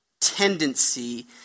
tendency